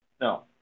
No